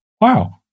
Wow